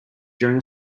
during